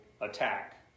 attack